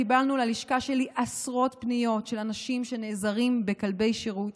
קיבלנו ללשכה שלי עשרות פניות על אנשים הנעזרים בכלבי שירות